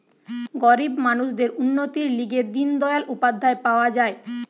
গরিব মানুষদের উন্নতির লিগে দিন দয়াল উপাধ্যায় পাওয়া যায়